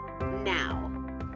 now